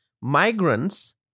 Migrants